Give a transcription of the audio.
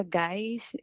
guys